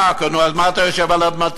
מעכו, נו, אז מה אתה יושב על אדמתי?